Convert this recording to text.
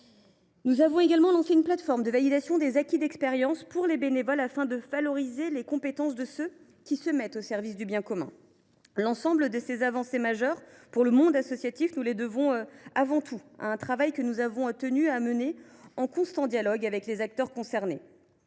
Nous avons également lancé une plateforme de validation des acquis de l’expérience pour les bénévoles, afin de valoriser les compétences de ceux qui se mettent au service du bien commun. Nous devons ces avancées majeures pour le monde associatif avant tout à un travail que nous avons tenu à mener en constant dialogue avec les personnes concernées.